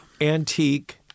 antique